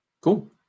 Cool